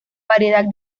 variedad